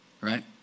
right